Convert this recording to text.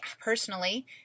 personally